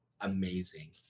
amazing